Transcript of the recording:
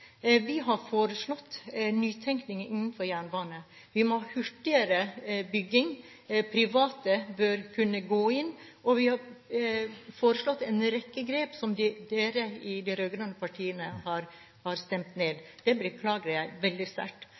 Vi har foreslått nytenkning innenfor jernbane. Vi må ha hurtigere bygging, private bør kunne gå inn, og vi har foreslått en rekke grep som dere i de rød-grønne partiene har stemt ned. Det beklager jeg veldig sterkt.